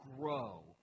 grow